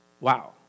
Wow